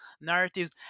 narratives